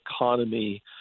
economy